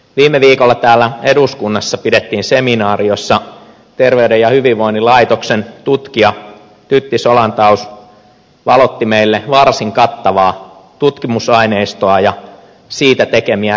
viime viikolla täällä eduskunnassa pidettiin seminaari jossa terveyden ja hyvinvoinnin laitoksen tutkija tytti solantaus valotti meille varsin kattavaa tutkimusaineistoa ja siitä tekemiään johtopäätöksiä